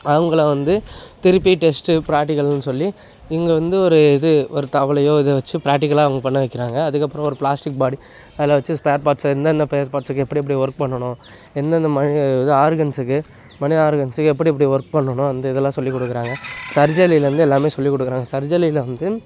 அவங்கள வந்து திருப்பி டெஸ்ட்டு ப்ராட்டிக்கல்னு சொல்லி இவங்க வந்து ஒரு இது ஒரு தவளையோ எதோ வச்சு ப்ராட்டிக்கலாக அவங்க பண்ண வைக்கிறாங்க அதற்கப்பறோம் ஒரு ப்ளாஸ்டிக் பாடி அதெல்லாம் வச்சு ஸ்பேர்பாட்ஸ் இருந்தால் என்னென்ன ஸ்பேர்பார்ட்ஸ் எப்படி எப்படி ஒர்க் பண்ணணும் எந்தெந்த மாதிரி இது ஆர்கென்ஸுக்கு மனித ஆர்கென்ஸுக்கு எப்படி எப்படி ஒர்க் பண்ணணும் அந்த இதெல்லாம் சொல்லிக் கொடுக்குறாங்க சர்ஜரிலேர்ந்து எல்லாமே சொல்லிக் கொடுக்குறாங்க சர்ஜலியில வந்து